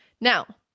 Now